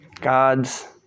God's